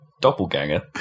Doppelganger